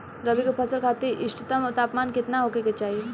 रबी क फसल खातिर इष्टतम तापमान केतना होखे के चाही?